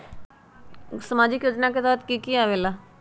समाजिक योजना के तहद कि की आवे ला?